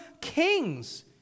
kings